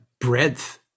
breadth